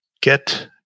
get